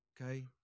okay